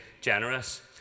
generous